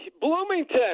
Bloomington